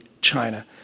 China